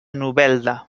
novelda